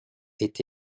est